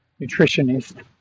nutritionist